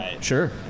Sure